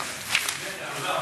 נתקבלה.